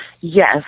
Yes